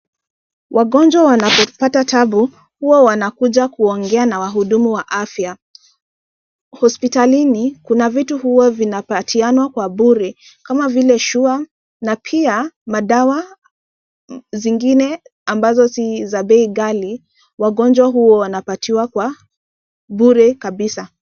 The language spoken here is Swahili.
Wagonjwa wanapopata taabu, huwa wanakuja kuongea na wahudumu wa afya. Hospitalini kuna vitu vile vinapatianwa kwa bure kama vile sure, na pia madawa zingine ambazo si za bei ghali wagonjwa huwa wanapatiwa hapa bure kabisa.